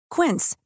Quince